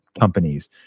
companies